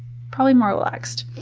probably more relaxed.